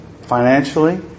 financially